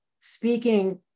speaking